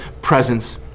presence